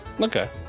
Okay